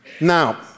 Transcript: Now